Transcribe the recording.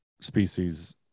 species